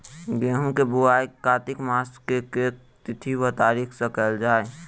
गेंहूँ केँ बोवाई कातिक मास केँ के तिथि वा तारीक सँ कैल जाए?